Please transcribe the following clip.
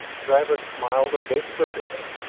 travis smiled a bit crookedly.